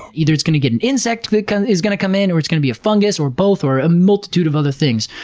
either it's gonna get an insect that is gonna come in, or it's gonna be a fungus, or both, or a multitude of other things.